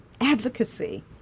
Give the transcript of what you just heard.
advocacy